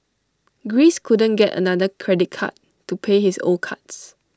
Greece couldn't get another credit card to pay his old cards